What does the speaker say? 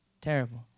terrible